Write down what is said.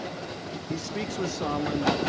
he speaks with sondland